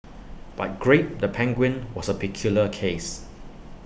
but grape the penguin was A peculiar case